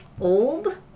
old